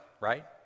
right